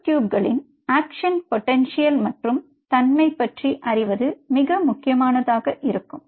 மயோட்யூப்களின் action potential மற்றும் தன்மை பற்றி அறிவது மிக முக்கியமானதாக இருக்கும்